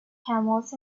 camels